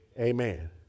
Amen